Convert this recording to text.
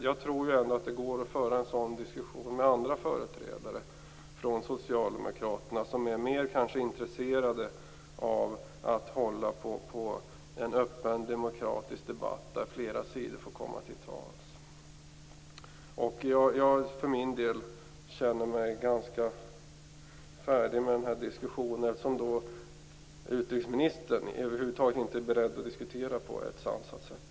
Jag tror ändå att det går att föra en sådan diskussion med andra företrädare från Socialdemokraterna som är mer intresserade av att hålla en öppen demokratisk debatt där flera sidor får komma till tals. Jag känner mig ganska färdig med den här diskussionen, eftersom utrikesministern över huvud taget inte är beredd att diskutera på ett sansat sätt.